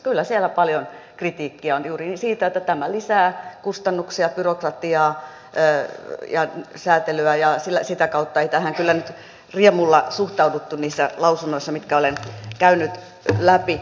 kyllä siellä paljon kritiikkiä on juurikin siitä että tämä lisää kustannuksia byrokratiaa ja säätelyä ja sitä kautta ei tähän kyllä nyt riemulla suhtauduttu niissä lausunnoissa mitkä olen käynyt läpi